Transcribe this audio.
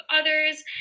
others